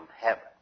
heaven